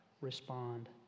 respond